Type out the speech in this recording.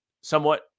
somewhat